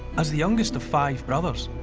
as the youngest of five brothers,